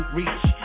reach